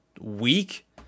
week